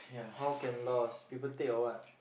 how can lost people take or what